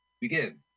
Begin